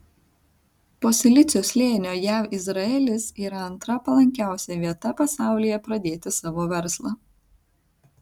po silicio slėnio jav izraelis yra antra palankiausia vieta pasaulyje pradėti savo verslą